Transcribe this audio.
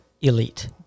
elite